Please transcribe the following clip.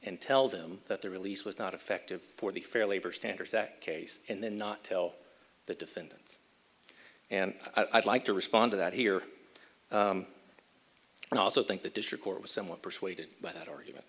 and tell them that their release was not effective for the fair labor standards act case and then not tell the defendants and i'd like to respond to that here and i also think the district court was somewhat persuaded by that argument